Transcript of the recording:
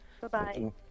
Bye-bye